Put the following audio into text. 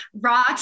raw